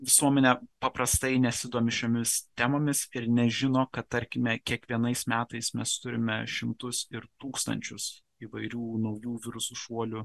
visuomenė paprastai nesidomi šiomis temomis ir nežino kad tarkime kiekvienais metais mes turime šimtus ir tūkstančius įvairių naujų virusų šuolių